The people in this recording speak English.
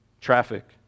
traffic